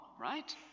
right